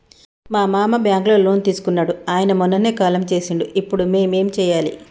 మా మామ బ్యాంక్ లో లోన్ తీసుకున్నడు అయిన మొన్ననే కాలం చేసిండు ఇప్పుడు మేం ఏం చేయాలి?